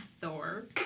Thor